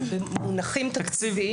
במונחים תקציביים?